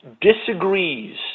disagrees